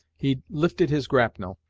he lifted his grapnel,